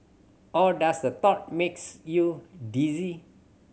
or does the thought makes you dizzy